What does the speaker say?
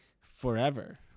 forever